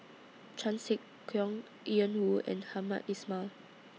Chan Sek Keong Ian Woo and Hamed Ismail